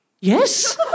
yes